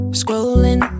scrolling